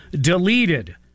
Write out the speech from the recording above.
deleted